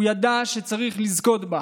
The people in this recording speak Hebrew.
הוא ידע שצריך לזכות בה.